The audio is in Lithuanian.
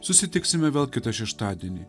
susitiksime vėl kitą šeštadienį